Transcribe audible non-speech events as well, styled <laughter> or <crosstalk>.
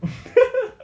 <laughs>